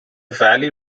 valley